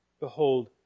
behold